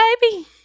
baby